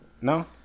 No